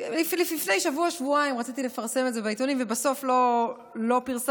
לפני שבוע-שבועיים רציתי לפרסם את זה בעיתונים ובסוף לא פרסמתי,